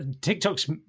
TikTok's